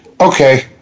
Okay